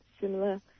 similar